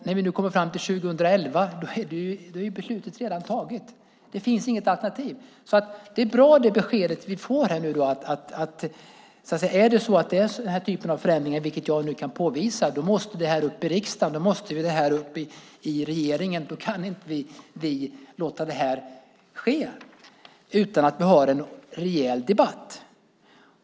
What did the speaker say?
När vi kommer fram till 2011 är beslutet redan taget. Det finns inget alternativ. Det är alltså bra med det besked vi får här nu, att om det är den typ av förändringar som jag nu kan påvisa så måste det här upp i riksdagen och regeringen. Då kan vi inte låta det ske utan att ha en rejäl debatt.